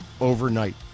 overnight